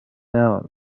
out